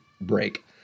break